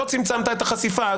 לא צמצמת את החשיפה,